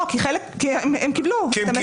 לא, כי חלק הם קיבלו את המסירה.